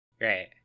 right